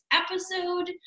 episode